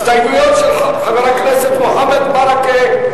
ההסתייגויות של חברי הכנסת מוחמד ברכה,